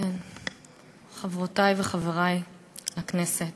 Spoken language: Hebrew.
חברותי וחברי, הכנסת,